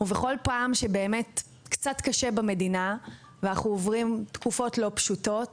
בכל פעם שקצת קשה במדינה ואנחנו עוברים תקופות לא פשוטות,